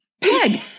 Peg